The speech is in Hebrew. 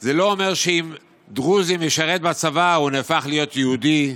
זה לא אומר שאם דרוזי משרת בצבא הוא הופך להיות יהודי,